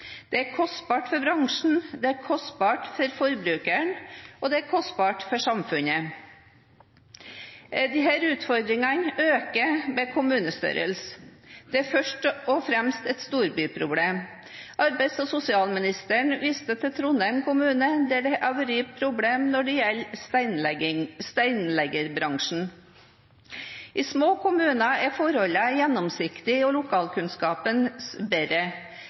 Det er kostbart for bransjen, det er kostbart for forbrukeren og det er kostbart for samfunnet. Disse utfordringene øker med kommunestørrelse. Det er først og fremst et storbyproblem. Arbeids- og sosialministeren viste til Trondheim kommune, der det har vært et problem i steinleggerbransjen. I små kommuner er forholdene gjennomsiktige og lokalkunnskapen større, de har bedre